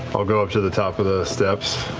i'll go up to the top of the steps.